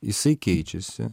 jisai keičiasi